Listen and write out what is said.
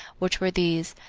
which were these,